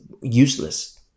useless